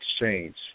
exchange